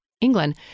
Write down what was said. England